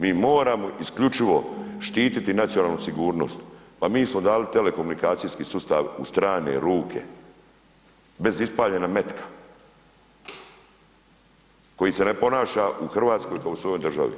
Mi moramo isključivo štititi nacionalnu sigurnost, pa mi smo dali telekomunikacijski sustav u strane ruke bez ispaljena metka koji se ne ponaša u Hrvatskoj kao u svojoj državi.